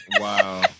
Wow